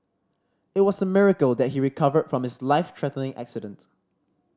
it was a miracle that he recovered from his life threatening accident